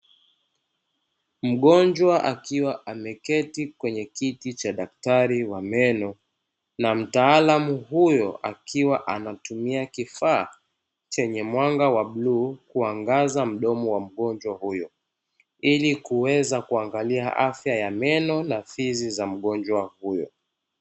Mgonjwa akiwa ameketi kwenye kiti cha daktari wa meno na mtaalam huyo akiwa anatumia kifaa chenye mwanga wa bluu kuangaza mdomo wa mgonjwa huyo. Ili kuweza kuangalia afya ya meno na fizi za mgonjwa huyo.